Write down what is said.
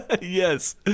Yes